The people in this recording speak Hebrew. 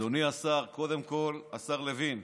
אדוני השר, קודם כול, השר לוין,